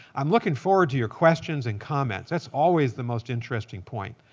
i'm looking forward to your questions and comments. that's always the most interesting point,